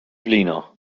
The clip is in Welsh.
blino